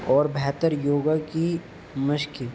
اور بہتر یوگا کی مشق